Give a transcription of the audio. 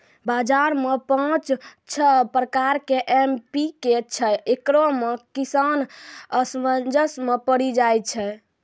बाजार मे पाँच छह प्रकार के एम.पी.के छैय, इकरो मे किसान असमंजस मे पड़ी जाय छैय?